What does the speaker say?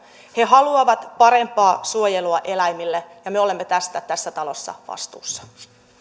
he haluavat parempaa suojelua eläimille ja me olemme tästä tässä talossa vastuussa